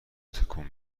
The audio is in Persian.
تکون